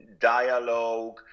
dialogue